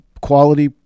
quality